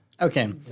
Okay